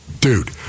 dude